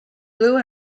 blue